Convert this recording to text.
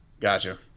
Gotcha